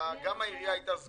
למה אתה בורח מזה?